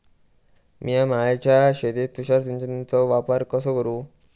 मिया माळ्याच्या शेतीत तुषार सिंचनचो वापर कसो करू?